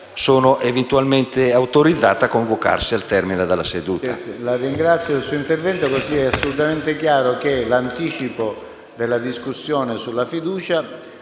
saranno eventualmente autorizzate a convocarsi al termine della seduta